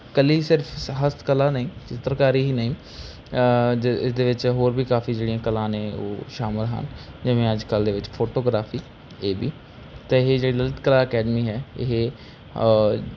ਇਕੱਲੀ ਸਿਰਫ ਹਸਤ ਕਲਾ ਨਹੀਂ ਚਿੱਤਰਕਾਰੀ ਹੀ ਨਹੀਂ ਜਿਸ ਦੇ ਵਿੱਚ ਹੋਰ ਵੀ ਕਾਫੀ ਜਿਹੜੀਆਂ ਕਲਾ ਨੇ ਉਹ ਸ਼ਾਮਿਲ ਹਨ ਜਿਵੇਂ ਅੱਜ ਕੱਲ੍ਹ ਦੇ ਵਿੱਚ ਫੋਟੋਗ੍ਰਾਫੀ ਇਹ ਵੀ ਤਾਂ ਇਹ ਜਿਹੜੇ ਲਲਿਤ ਕਲਾ ਅਕੈਡਮੀ ਹੈ ਇਹ